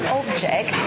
object